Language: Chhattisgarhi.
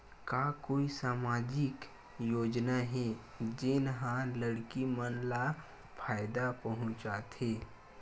का कोई समाजिक योजना हे, जेन हा लड़की मन ला फायदा पहुंचाथे?